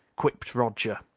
quipped roger.